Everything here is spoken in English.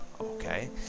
okay